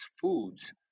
foods